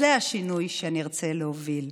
זה השינוי שאני ארצה להוביל.